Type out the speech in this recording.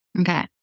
Okay